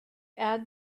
add